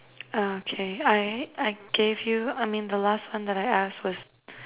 uh okay I I gave you I mean the last one that I asked was